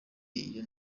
iyo